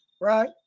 Right